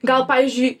gal pavyzdžiui